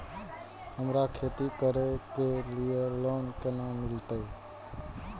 हमरा खेती करे के लिए लोन केना मिलते?